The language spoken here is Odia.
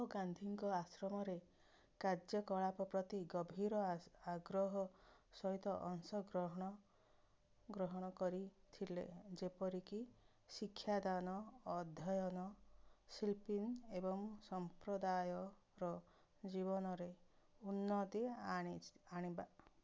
ଗାନ୍ଧୀଙ୍କ ଆଶ୍ରମରେ କାର୍ଯ୍ୟକଳାପ ପ୍ରତି ଗଭୀର ଆଗ୍ରହ ସହିତ ଅଂଶଗ୍ରହଣ ଗ୍ରହଣ କରିଥିଲେ ଯେପରିକି ଶିକ୍ଷାଦାନ ଅଧ୍ୟୟନ ଏବଂ ସମ୍ପ୍ରଦାୟର ଜୀବନରେ ଉନ୍ନତି ଆଣିବା